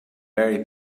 berry